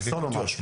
סולומש.